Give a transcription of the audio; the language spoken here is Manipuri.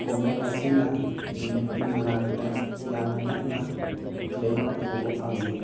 ꯀꯣꯃꯦꯠ ꯑꯁꯤꯅ ꯅꯨꯃꯤꯠꯀꯤ ꯃꯅꯥꯛꯇ ꯌꯥꯝꯅ ꯅꯛꯅ ꯂꯩꯕ ꯎꯕ ꯐꯪꯏ